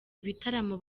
ibitaramo